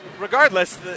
Regardless